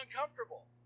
uncomfortable